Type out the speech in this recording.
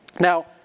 Now